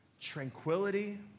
tranquility